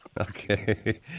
Okay